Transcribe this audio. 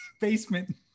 basement